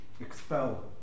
expel